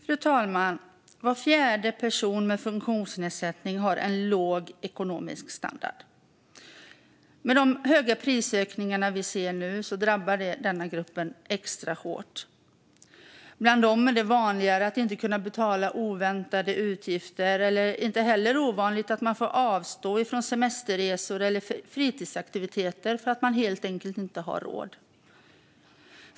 Fru talman! Var fjärde person med funktionsnedsättning har en låg ekonomisk standard. De stora prisökningar vi ser nu drabbar gruppen extra hårt. Bland dem är det vanligare att inte kunna betala oväntade utgifter. Det är heller inte ovanligt att man får avstå från semesterresor eller fritidsaktiviteter för att man helt enkelt inte har råd.